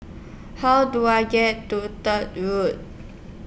How Do I get to Third Lok